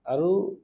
আৰু